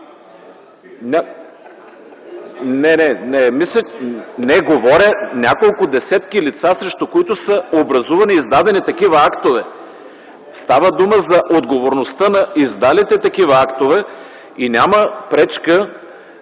Не, говоря за няколко десетки лица, срещу които са образувани и издадени такива актове. Става дума за отговорността на издалите такива актове и няма пречка